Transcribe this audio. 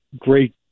great